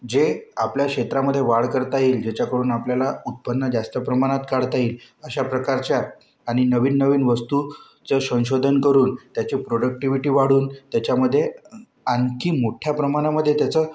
जे आपल्या क्षेत्रामध्ये वाढ करता येईल ज्याच्याकडून आपल्याला उत्पन्न जास्त प्रमाणात काढता येईल अशा प्रकारच्या आणि नवीननवीन वस्तू चं संशोधन करून त्याची प्रॉडक्टिव्हिटी वाढवून त्याच्यामध्ये आणखी मोठ्या प्रमाणामध्ये त्याचं